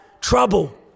trouble